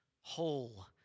whole